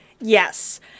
Yes